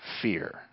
fear